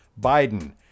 Biden